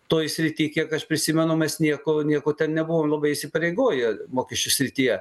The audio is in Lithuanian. toj srity kiek aš prisimenu mes nieko nieko ten nebuvom labai įsipareigoję mokesčių srityje